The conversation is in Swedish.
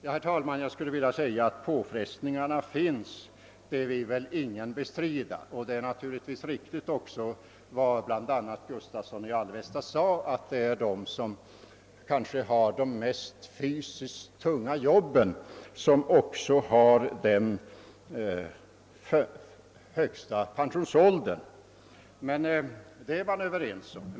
Ingen vill bestrida att det i dessa yrken förekommer påfrestningar. Det är naturligtvis även riktigt vad herr Gustavsson i Alvesta sade, att de som har de fysiskt sett tyngsta jobben ofta har den högsta pensionsåldern. Den saken är vi överens om.